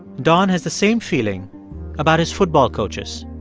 don has the same feeling about his football coaches.